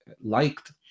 liked